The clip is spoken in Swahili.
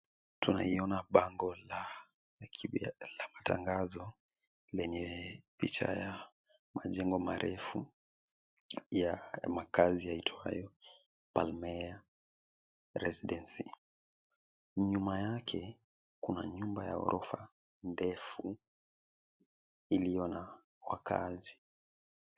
Twaiona bango la matangazo lenye picha ya majengo marefu ya makazi yaitwayo, plumeria residency. Nyuma yake kuna nyumba ya ghorofa ndefu iliyo na wakaazi.